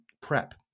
prep